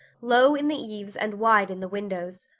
low in the eaves and wide in the windows,